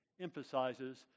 emphasizes